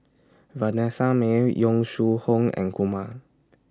Vanessa Mae Yong Shu Hoong and Kumar